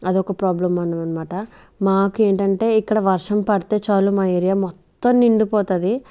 అదొక ప్రాబ్లం అన అనమాట మాకేంటంటే ఇక్కడ వర్షం పడితే చాలు మా ఏరియా మొత్తం నిండిపోతది